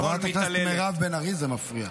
חברת הכנסת מירב בן ארי, זה מפריע.